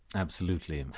absolutely. and